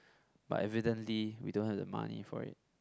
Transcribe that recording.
but evidently we don't have the money for it